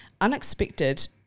Unexpected